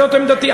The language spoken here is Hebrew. זאת עמדתי.